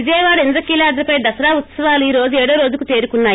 విజయవాడ ఇంద్రకీలాద్రిపై దసరా ఉత్సవాలు ఈ రోజు ఏడో రోజుకు చేరుకున్నాయి